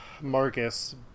Marcus